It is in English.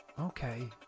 Okay